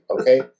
okay